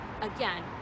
again